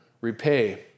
repay